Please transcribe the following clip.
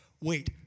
wait